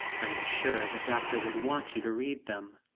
i am sure the doctor would want you to read them.